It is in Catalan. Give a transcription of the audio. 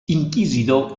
inquisidor